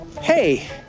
Hey